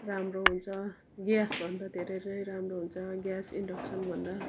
राम्रो हुन्छ ग्यासभन्दा धेरै नै राम्रो हुन्छ ग्यास इन्डक्सनभन्दा